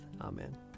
Amen